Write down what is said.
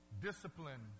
discipline